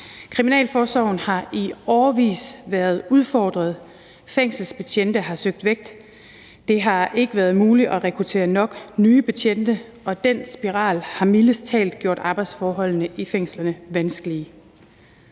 Kriminalforsorgen har i årevis været udfordret, fængselsbetjente har søgt væk, og det har ikke været muligt at rekruttere nok nye betjente, og den spiral har mildest talt gjort arbejdsforholdene i fængslerne vanskelige.